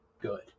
good